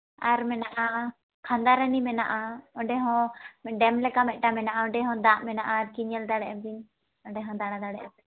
ᱟᱨ ᱢᱮᱱᱟᱜᱼᱟ ᱠᱷᱟᱸᱫᱟᱨᱟᱱᱤ ᱢᱮᱱᱟᱜᱼᱟ ᱚᱸᱰᱮ ᱦᱚᱸ ᱰᱮᱢ ᱞᱮᱠᱟ ᱢᱮᱫᱴᱟᱝ ᱢᱮᱱᱟᱜᱼᱟ ᱚᱸᱰᱮ ᱦᱚᱸ ᱫᱟᱜ ᱢᱮᱱᱟᱜᱼᱟ ᱟᱨᱠᱤ ᱧᱮᱞ ᱫᱟᱲᱮᱭᱟᱜᱼᱟ ᱵᱤᱱ ᱚᱸᱰᱮ ᱦᱚᱸ ᱫᱟᱬᱟ ᱫᱟᱲᱮᱭᱟᱜᱼᱟ ᱵᱤᱱ